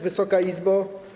Wysoka Izbo!